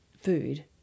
food